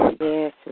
Yes